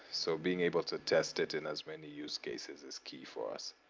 so being able to test it in as many use cases is key for us.